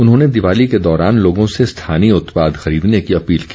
उन्होंने दीवाली के दौरान लोगों से स्थानीय उत्पाद खरीदने की अपील की